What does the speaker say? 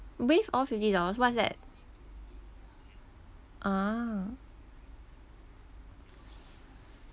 waive off fifty dollars what's that ah